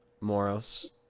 Moros